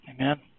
Amen